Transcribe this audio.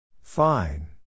Fine